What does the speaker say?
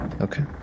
Okay